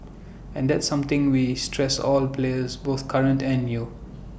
and that's something we stress all the players both current and new